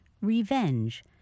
Revenge